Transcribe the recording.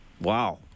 wow